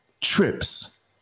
trips